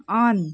on